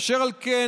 אשר על כן,